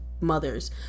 mothers